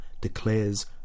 declares